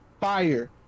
Fire